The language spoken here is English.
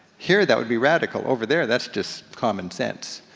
here that would be radical, over there that's just common sense.